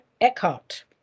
eckhart